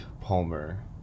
Palmer